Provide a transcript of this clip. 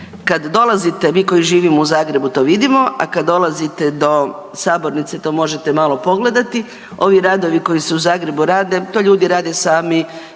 Kad dolazite, vi koji živimo u Zagrebu to vidimo, a kad dolazite do sabornice to možete malo pogledati. Ovi radovi koji se u Zagrebu rade, to ljudi rade sami